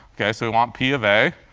ok? so we want p of a.